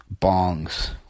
bongs